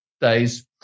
days